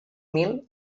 mil